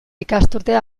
ikasturtea